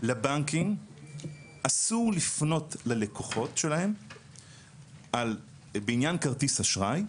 לבנקים אסור לפנות ללקוחות שלהם בעניין כרטיס אשראי,